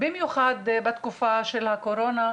במיוחד בתקופה של הקורונה,